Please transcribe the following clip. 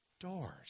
doors